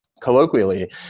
colloquially